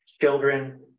children